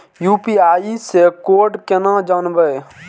UPI से code केना जानवै?